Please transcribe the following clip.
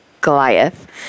Goliath